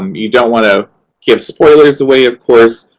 um you don't want to give spoilers away, of course,